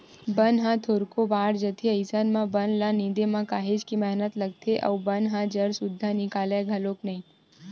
बन ह थोरको बाड़ जाथे अइसन म बन ल निंदे म काहेच के मेहनत लागथे अउ बन ह जर सुद्दा निकलय घलोक नइ